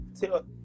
Tell